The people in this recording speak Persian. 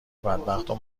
بدبختو